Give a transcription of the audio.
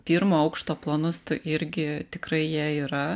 pirmo aukšto planus tu irgi tikrai jie yra